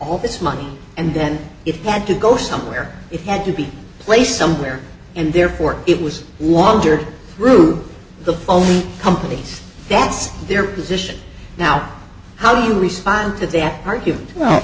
all this money and then it had to go somewhere it had to be placed somewhere and therefore it was wandered through the only company that's their position now how do you respond to that argument